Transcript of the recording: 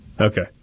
Okay